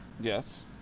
Yes